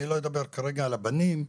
אני לא אדבר כרגע על הבנים,